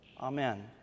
Amen